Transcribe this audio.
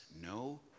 no